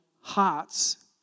hearts